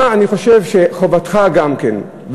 אני חושב שחובתך גם כן,